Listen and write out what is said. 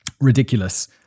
ridiculous